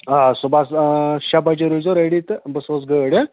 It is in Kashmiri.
آ صُبحَس آ شیٚے بجے روٗززیٚو ریٚڈی طڑعادےظ تہٕ بہٕ سوزٕ گٲڑۍ